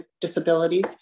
disabilities